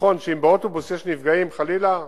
נכון שאם באוטובוס יש חלילה נפגעים,